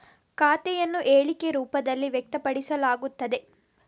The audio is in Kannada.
ಖಾತೆಯನ್ನು ಹೇಳಿಕೆ ರೂಪದಲ್ಲಿ ವ್ಯಕ್ತಪಡಿಸಲಾಗುತ್ತದೆ